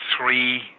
three